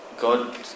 God